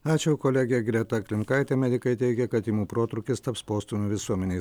ačiū kolegė greta klimkaitė medikai teigia kad tymų protrūkis taps postūmiu visuomenei